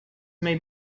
may